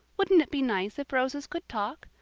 wouldn't it be nice if roses could talk?